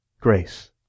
Grace